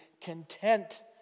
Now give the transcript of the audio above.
content